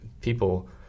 People